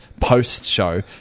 post-show